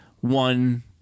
one